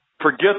forget